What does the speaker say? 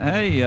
Hey